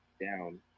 down